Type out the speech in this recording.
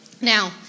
Now